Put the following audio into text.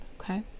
Okay